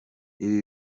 ibi